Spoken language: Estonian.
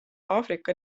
aafrika